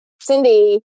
Cindy